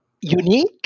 unique